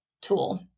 tool